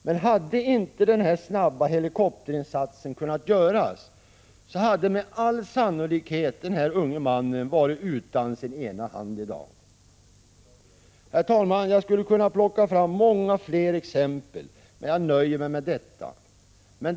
Men hade inte den här snabba helikopterinsatsen kunnat göras, så hade med all sannolikhet den här unge mannen varit utan sin ena hand i dag. Herr talman! Jag skulle kunna plocka fram många fler exempel, men jag nöjer mig med detta.